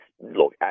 look